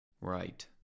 Right